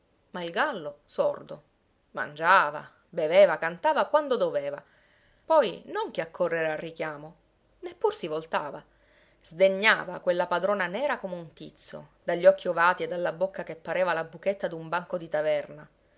ma il gallo sordo mangiava beveva cantava quando doveva poi non che accorrere al richiamo neppur si voltava sdegnava quella padrona nera come un tizzo dagli occhi ovati e dalla bocca che pareva la buchetta d'un banco di taverna